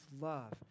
love